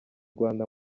rwanda